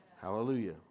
Hallelujah